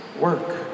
work